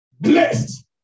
Blessed